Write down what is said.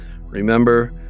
Remember